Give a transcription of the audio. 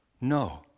No